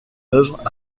œuvres